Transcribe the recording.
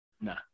No